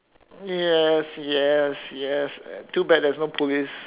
yes yes yes too bad there's no police